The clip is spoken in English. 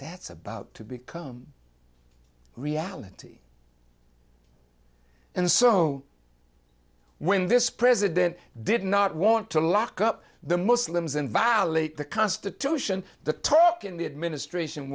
that's about to become reality and so when this president did not want to lock up the muslims and violate the constitution the talk in the administration